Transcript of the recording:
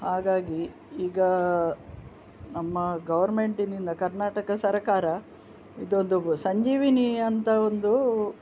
ಹಾಗಾಗಿ ಈಗ ನಮ್ಮ ಗೌರ್ಮೆಂಟಿನಿಂದ ಕರ್ನಾಟಕ ಸರಕಾರ ಇದೊಂದು ಸಂಜೀವಿನಿ ಅಂತ ಒಂದು